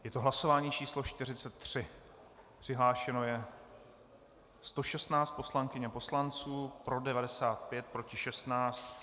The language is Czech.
Je to hlasování číslo 43, přihlášeno je 116 poslankyň a poslanců, pro 95, proti 16.